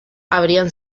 habrían